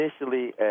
initially